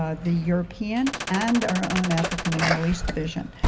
ah the european and our own african and middle east division.